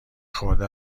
خورده